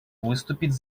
выступить